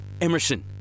Emerson